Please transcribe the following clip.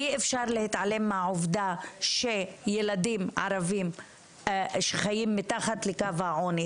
אי אפשר להתעלם מהעובדה שילדים ערבים שחיים מתחת לקו העוני,